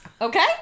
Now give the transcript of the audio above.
Okay